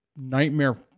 nightmare